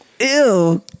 Ew